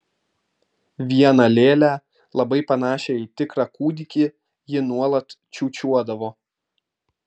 vieną lėlę labai panašią į tikrą kūdikį ji nuolat čiūčiuodavo